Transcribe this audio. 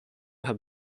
have